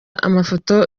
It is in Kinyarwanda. amafoto